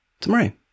tomorrow